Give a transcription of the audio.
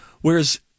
whereas